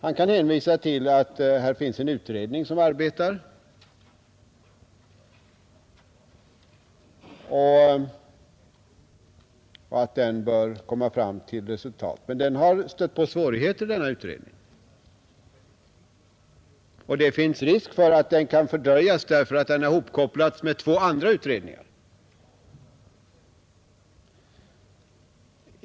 Han kan hänvisa till att här finns en utredning som arbetar och att denna bör komma fram till ett resultat. Men denna utredning har stött på svårigheter, och det finns risk för att den kan fördröjas därför att den blivit hopkopplad med två andra utredningar.